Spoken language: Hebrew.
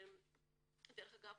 דרך אגב,